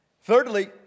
Thirdly